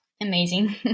amazing